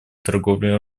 торговле